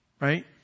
Right